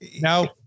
now